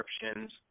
descriptions